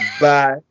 Bye